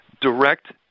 direct